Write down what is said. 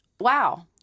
wow